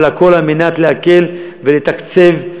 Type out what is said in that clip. אבל הכול, כדי להקל, ולתקצב,